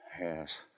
Yes